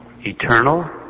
eternal